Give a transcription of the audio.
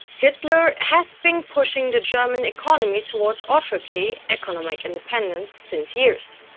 hitler has been pushing the german economy towards autarky, economic independence, since years.